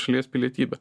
šalies pilietybę